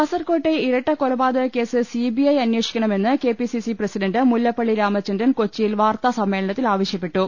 കാസർക്കോട്ടെ ഇരട്ട കൊലപാതക കേസ് സിബിഐ അന്വേഷിക്കണമെന്ന് K P C C president Mullappally Ramachandran കൊച്ചിയിൽ വാർത്താസമ്മേളനത്തിൽ ആവശ്യ പ്പെട്ടു